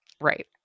Right